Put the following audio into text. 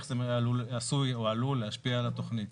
זה עשוי או עלול להצביע על התכנית?